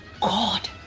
god